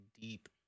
deep